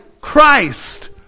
Christ